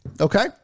okay